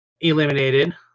eliminated